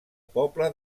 poble